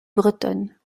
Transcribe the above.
bretonnes